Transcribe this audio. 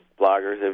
bloggers